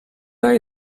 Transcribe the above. eye